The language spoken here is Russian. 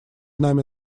нами